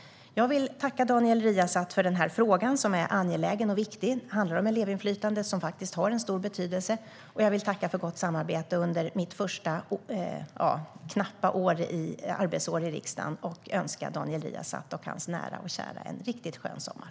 Jag vill tacka Daniel Riazat för denna fråga, som är angelägen och viktig. Det handlar om elevinflytandet, som faktiskt har en stor betydelse. Jag vill också tacka för gott samarbete under mitt första knappa arbetsår i riksdagen och önska Daniel Riazat och hans nära och kära en riktigt skön sommar!